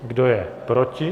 Kdo je proti?